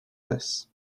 this